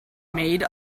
made